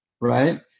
Right